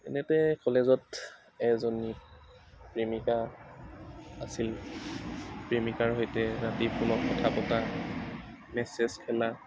এনেতে কলেজত এজনী প্ৰেমিকা আছিল প্ৰেমিকাৰ সৈতে ৰাতি ফোনত কথা পতা মেছেজ শুনা